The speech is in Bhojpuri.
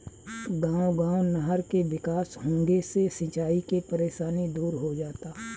गांव गांव नहर के विकास होंगे से सिंचाई के परेशानी दूर हो जाता